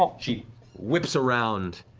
she whips around,